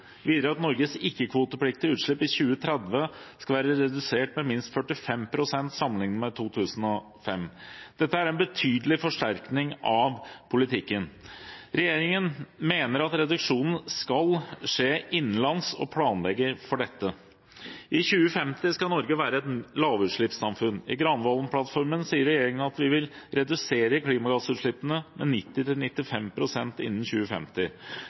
videre at Norges ikke-kvotepliktige utslipp i 2030 skal være redusert med minst 45 pst. sammenlignet med 2005. Dette er en betydelig forsterkning av politikken. Regjeringen mener at reduksjonen skal skje innenlands, og planlegger for dette. I 2050 skal Norge være et lavutslippssamfunn. I Granavolden-plattformen sier regjeringen at vi vil redusere klimagassutslippene med 90–95 pst. innen 2050.